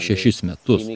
šešis metus